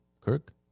Kirk